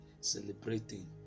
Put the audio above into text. celebrating